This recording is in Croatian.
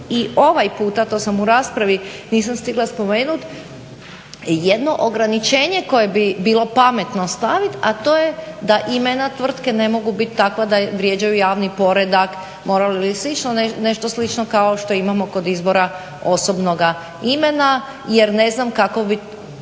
i ovaj puta, to u raspravi nisam stigla spomenut, jedno ograničenje koje bi bilo pametno stavit, a to je da imena tvrtke ne mogu biti takva da vrijeđaju javni poredak, moral ili slično, nešto slično kao što imamo kod izbora osobnoga imena jer ne znam kako bi